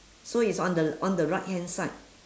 so is on the on the right hand side